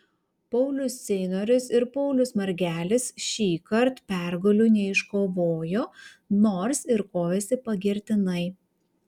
paulius ceinorius ir paulius margelis šįkart pergalių neiškovojo nors ir kovėsi pagirtinai